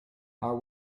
are